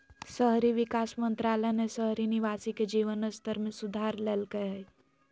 शहरी विकास मंत्रालय ने शहरी निवासी के जीवन स्तर में सुधार लैल्कय हइ